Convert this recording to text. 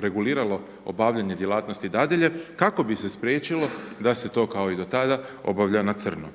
reguliralo obavljanje djelatnosti dadilje kako bi se spriječilo da se to kao i do tada obavlja na crno.